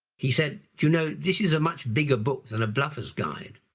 he said you know, this is a much bigger book than a bluffer's guide.